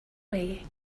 way